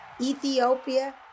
Ethiopia